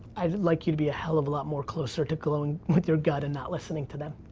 i'd like you to be a hell of a lot more closer to going with your gut and not listening to them.